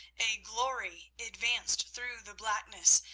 a glory advanced through the blackness,